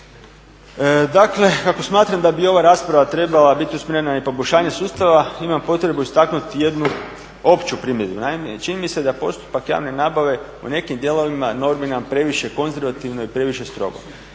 Dakle kako smatram da bi ova rasprava trebala biti usmjerena na poboljšanje sustava imam potrebu istaknuti jednu opću primjedbu. Naime, čini mi se da je postupak javne nabave u nekim dijelovima normiran previše konzervativno i previše strogo.